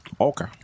Okay